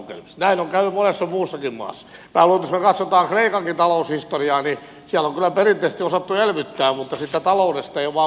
minä luulen että jos katsotaan kreikankin taloushistoriaa niin siellä on kyllä perinteisesti osattu elvyttää mutta siitä taloudesta ei vain ole pidetty huolta